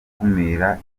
akumira